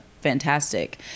fantastic